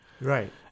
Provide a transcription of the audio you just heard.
Right